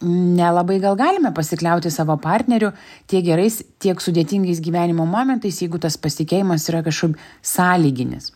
nelabai gal galime pasikliauti savo partneriu tiek gerais tiek sudėtingais gyvenimo momentais jeigu tas pasitikėjimas yra kažkaip sąlyginis